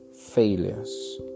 failures